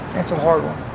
that's a hard one.